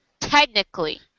Technically